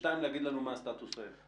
וששניים להגיד לנו מה הסטטוס כיום.